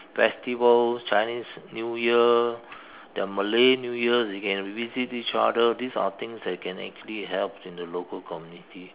festivals Chinese New Year their Malay New Year they can visit each other these are things that you can actually help in the local community